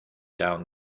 down